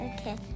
Okay